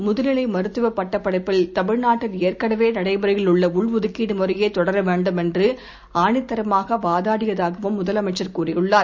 முதுநிலை மருத்துவப் பட்டப் படிப்பில் தமிழ்நாட்டில் ஏற்கனவே நடைமுறையில் உள்ள உள்ஒதுக்கீடு முறையே தொடர வேண்டும் என்று ஆணித்தரமான வாதாடியதாகவும் முதலமைச்சர் கூறியுள்ளார்